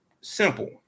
simple